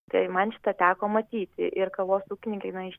tai man šitą teko matyti ir kavos ūkininkais na iš